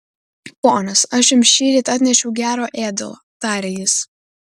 ponios aš jums šįryt atnešiau gero ėdalo tarė jis